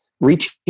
reaching